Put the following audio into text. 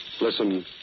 Listen